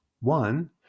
one